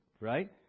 right